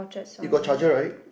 if got charger right